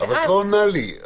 אבל את לא עונה לי,